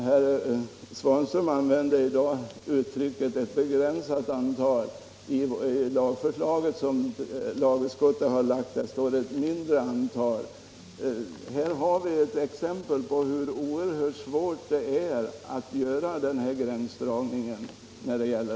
Herr Svanström använde i dag uttrycket ”ett begränsat antal”. I det lagförslag som lagutskottet framlagt står det ”ett mindre antal”. Det är ett exempel på hur oerhört svårt det är att göra den gränsdragning som det här gäller.